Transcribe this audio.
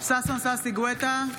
ששון ששי גואטה,